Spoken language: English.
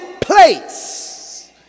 place